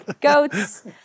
Goats